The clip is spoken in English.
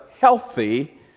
healthy